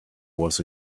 was